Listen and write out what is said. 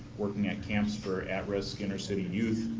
working at camps for at-risk intercity youth.